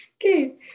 Okay